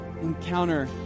encounter